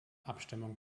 abstimmung